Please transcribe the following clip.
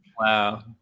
Wow